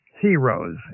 heroes